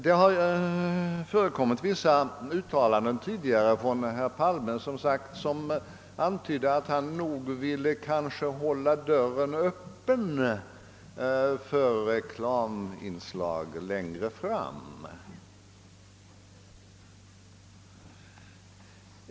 Det har tidigare förekommit vissa uttalanden från herr Palme som antytt att han ville hålla dörren öppen för reklaminslag längre fram.